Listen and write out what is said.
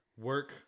work